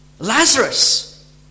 Lazarus